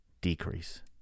decrease